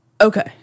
Okay